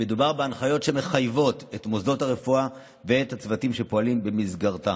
מדובר בהנחיות שמחייבות את מוסדות הרפואה ואת הצוותים שפועלים במסגרתם.